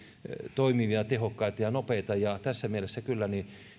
toimivia tehokkaita ja nopeita ja tässä mielessä kyllä